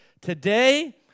Today